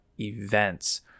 events